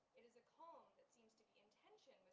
it is a calm that seems to be intention